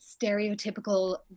stereotypical